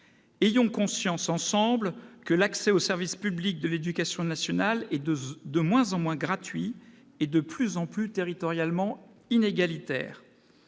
donc conscience ensemble que l'accès au service public de l'éducation nationale est de moins en moins gratuit et de plus en plus territorialement inégalitaire.